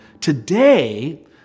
today